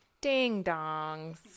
Ding-dongs